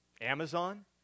Amazon